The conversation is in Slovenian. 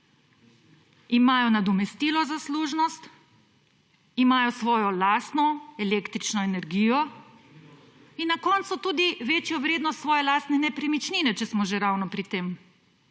imajo nadomestilo za služnost, imajo svojo lastno električno energijo in na koncu tudi večjo vrednost svoje lastne nepremičnine, če smo že ravno pri tem.